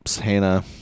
Hannah